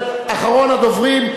מתחייבים,